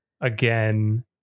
again